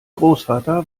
großvater